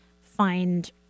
find